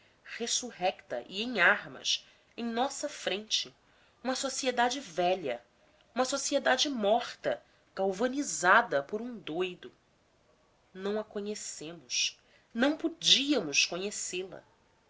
ressurrecta e em armas em nossa frente uma sociedade velha uma sociedade morta